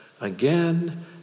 again